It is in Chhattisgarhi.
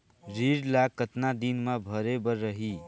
ऋण ला कतना दिन मा भरे बर रही?